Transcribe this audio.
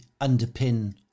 underpin